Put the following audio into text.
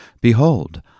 Behold